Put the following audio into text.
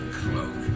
cloak